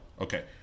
Okay